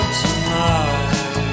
tonight